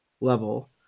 level